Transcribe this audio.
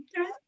Okay